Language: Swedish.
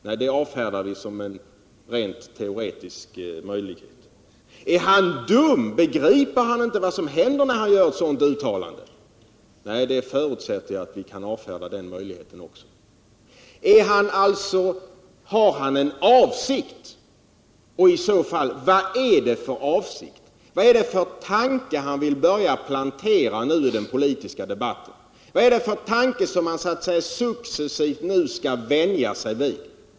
— Nej det avfärdar vi som en rent teoretisk möjlighet. Är han dum, begriper han inte vad som händer när han gör ett sådant uttalande? — Nej, vi förutsätter att vi kan avfärda den möjligheten också. Har han alltså en avsikt, och i så fall: Vad är det för avsikt? Vad är det för tanke han nu vill planera in i den politiska debatten? Vad är det för tanke som man nu successivt skall vänja sig vid?